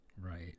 right